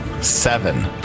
Seven